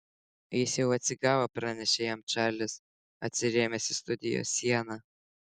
jis jau atsigavo pranešė jam čarlis atsirėmęs į studijos sieną